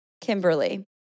Kimberly